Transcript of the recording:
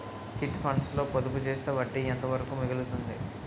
Chit funds లో పొదుపు చేస్తే వడ్డీ ఎంత వరకు మిగులుతుంది?